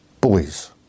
boys